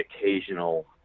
occasional